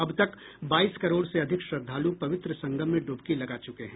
अब तक बाईस करोड़ से अधिक श्रद्वालु पवित्र संगम में डुबकी लगा चुके हैं